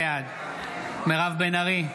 בעד מירב בן ארי,